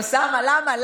אוסאמה, למה?